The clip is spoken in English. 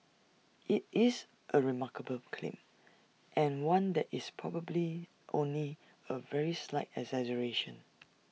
IT is A remarkable claim and one that is probably only A very slight exaggeration